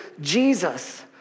Jesus